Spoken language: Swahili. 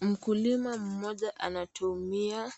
Mkulima mmoja anatumia